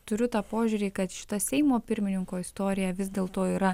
turiu tą požiūrį kad šita seimo pirmininko istorija vis dėl to yra